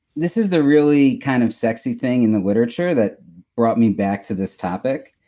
this is the really kind of sexy thing in the literature that brought me back to this topic.